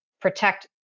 protect